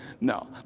No